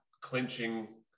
clinching